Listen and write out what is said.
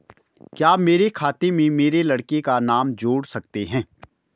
क्या मेरे खाते में मेरे लड़के का नाम जोड़ सकते हैं?